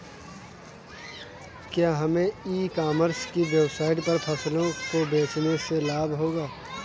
क्या हमें e commerce की वेबसाइट पर फसलों को बेचने से लाभ होगा?